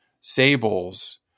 sables